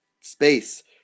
space